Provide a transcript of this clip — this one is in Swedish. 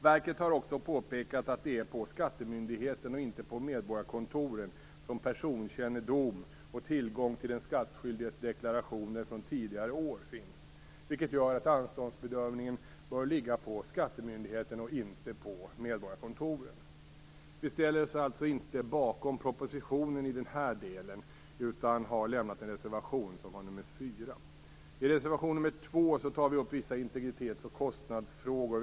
Verket har också påpekat att det är på skattemyndigheterna och inte på medborgarkontoren som personkännedom och tillgång till den skattskyldiges deklarationer från tidigare år finns, vilket gör att anståndsbedömningen bör ligga på skattemyndigheterna och inte på medborgarkontoren. Vi ställer oss alltså inte bakom propositionens förslag i den här delen utan har lämnat en reservation som har nr 4. I reservation nr 2 tar vi upp vissa integritets och kostnadsfrågor.